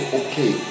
okay